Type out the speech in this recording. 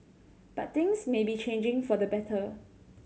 but things may be changing for the better